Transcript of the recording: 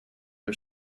are